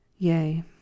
yea